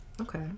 Okay